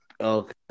okay